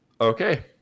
Okay